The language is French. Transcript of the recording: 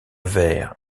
vers